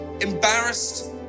embarrassed